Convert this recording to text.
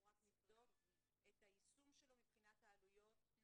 רק נבדוק את היישום שלו מבחינת העלויות מול תוצר.